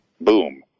boom